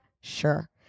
Sure